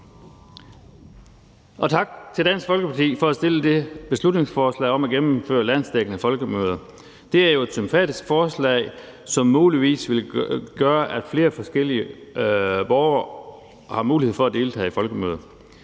Og tak til Dansk Folkeparti for at fremsætte det her beslutningsforslag om at gennemføre landsdækkende folkemøder. Det er jo et sympatisk forslag, som muligvis vil gøre, at flere forskellige borgere har mulighed for at deltage i folkemøder.